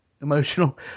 emotional